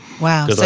Wow